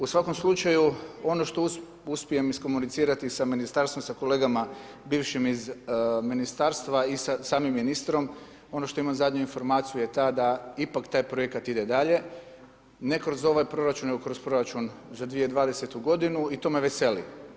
U svakom slučaju ono što uspijem iskomunicirati s Ministarstvom, sa kolegama bivšim iz Ministarstva i sa samim ministrom, ono što imam zadnju informaciju je ta da ipak taj projekat ide dalje, ne kroz ovaj proračun, nego kroz proračun za 2020.-tu godinu i to me veseli.